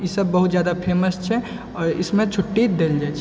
ई सब बहुत जादा फेमस छे आओर इसमे छुट्टी देल जाय छै